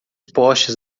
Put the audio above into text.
postes